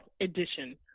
edition